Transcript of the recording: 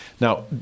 Now